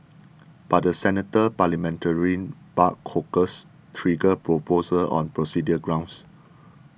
but the Senate parliamentarian barred Corker's trigger proposal on procedural grounds